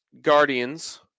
Guardians